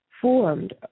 formed